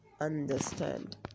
understand